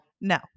No